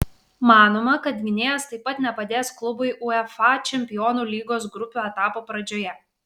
manoma kad gynėjas taip pat nepadės klubui uefa čempionų lygos grupių etapo pradžioje